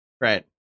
Right